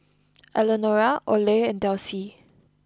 Elenora Oley and Delcie